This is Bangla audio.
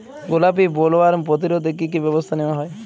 গোলাপী বোলওয়ার্ম প্রতিরোধে কী কী ব্যবস্থা নেওয়া হয়?